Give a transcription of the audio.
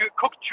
cooked